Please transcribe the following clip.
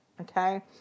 okay